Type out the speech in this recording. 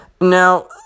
Now